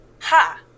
ha